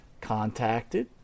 contacted